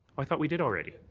i thought we did already.